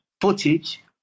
footage